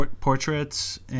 portraits